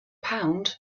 pound